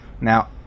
Now